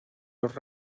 los